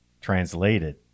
Translated